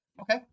Okay